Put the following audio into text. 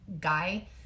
guy